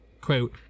quote